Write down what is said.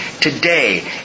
today